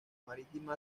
marítima